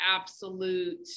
absolute